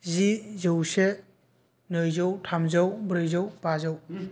जि जौसे नैजौ थामजौ ब्रैजौ बाजौ